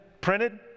printed